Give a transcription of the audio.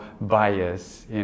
bias